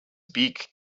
beak